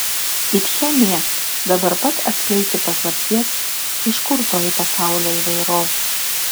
it chemija dabar pat atskleisti paslapties iš kur toji pasaulio įvairovė